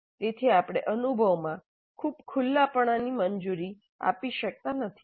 તેથી આપણે અનુભવમાં ખૂબ ખુલ્લાપણુંની મંજૂરી આપી શકતા નથી